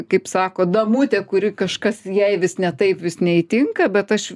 kaip sako damutė kuri kažkas jai vis ne taip vis neįtinka bet aš